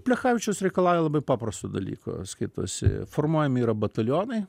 plechavičius reikalauja labai paprasto dalyko skaitosi formuojami yra batalionai